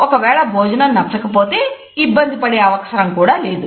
ఒకవేళ భోజనం నచ్చకపోతే ఇబ్బంది పడే అవసరం కూడా లేదు